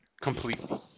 completely